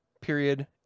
period